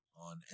on